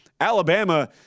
Alabama